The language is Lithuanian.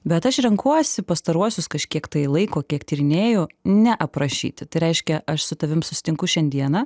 bet aš renkuosi pastaruosius kažkiek laiko kiek tyrinėju ne aprašyti tai reiškia aš su tavim susitinku šiandieną